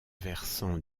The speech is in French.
versant